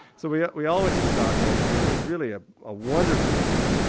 so we yeah we all went to stockholm, it was really a ah wonderful event.